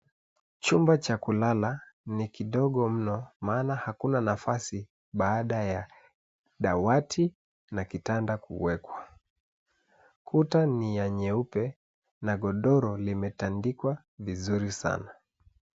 Chumba cha kulala ni kidogo mno maana hakuna nafasi baada ya dawati na kitanda kuwekwa. Kuta ni ya nyeupe na godoro limetandikwa vizuri sana.